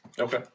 Okay